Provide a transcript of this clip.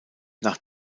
nach